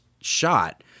shot